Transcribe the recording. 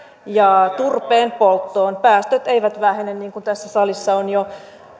ja turpeen polttoon päästöt eivät vähene niin kuin tässä salissa on jo